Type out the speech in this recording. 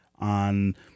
on